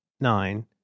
nine